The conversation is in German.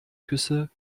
küsse